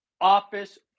office